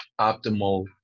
optimal